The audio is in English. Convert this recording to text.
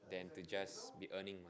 than to just be earning